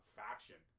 faction